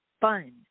fun